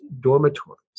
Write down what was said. dormitories